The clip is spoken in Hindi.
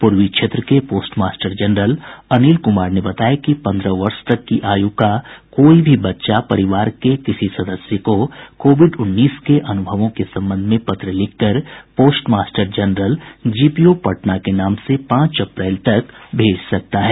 पूर्वी क्षेत्र के post master general Anil Kumar ने बताया कि पन्द्रह वर्ष तक की आयु का कोई भी बच्चा परिवार के किसी सदस्य को कोविड उन्नीस के अनुभवों के संबंध में पत्र लिखकर पोस्टमास्टर जनरल जीपीओ पटना के नाम से पांच अप्रैल तक भेज सकता है